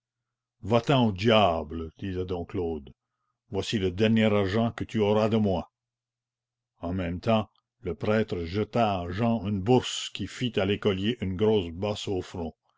va-t'en au diable disait dom claude voici le dernier argent que tu auras de moi en même temps le prêtre jeta à jehan une bourse qui fit à l'écolier une grosse bosse au front